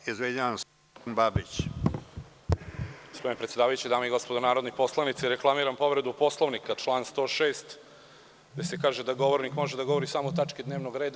Gospodine predsedavajući, dame i gospodo narodni poslanici, reklamiram povredu Poslovnika, član 106, gde se kaže da govornik može da govori samo o tački dnevnog reda.